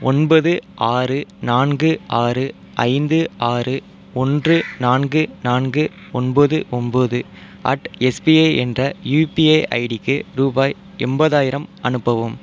ஒன்பது ஆறு நான்கு ஆறு ஐந்து ஆறு ஒன்று நான்கு நான்கு ஒன்பது ஓம்பது அட் எஸ்பிஐ என்ற யூபிஐ ஐடிக்கு ரூபாய் எண்பதாயிரம் அனுப்பவும்